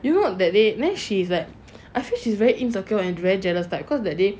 you know that day then she is like I feel she's very insecure and very jealous type cause that day